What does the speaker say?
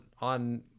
on